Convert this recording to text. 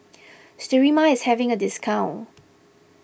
Sterimar is having a discount